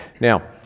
Now